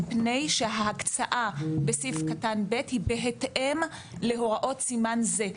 מפני שההקצאה בסעיף קטן (ב) היא בהתאם להוראות סימן זה.